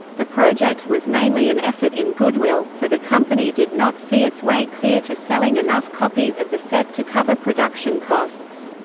the project was mainly an effort in goodwill, for the company did not see its way clear to selling enough copies of the set to cover production costs.